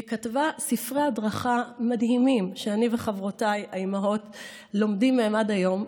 היא כתבה ספרי הדרכה מדהימים שאני וחברותיי האימהות לומדות מהם עד היום,